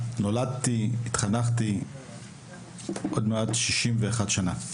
נולדתי התחנכתי עוד מעט 61 שנה.